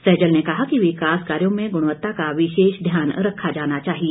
सैजल ने कहा कि विकास कार्यो में गुणवत्ता का विशेष ध्यान रखा जाना चाहिए